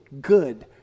good